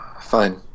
fine